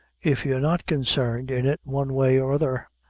if you're not consarned in it one way or other?